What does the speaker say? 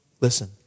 Listen